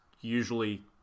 usually